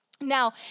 Now